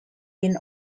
been